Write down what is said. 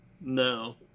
No